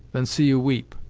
than see you weep.